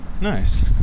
Nice